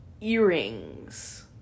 earrings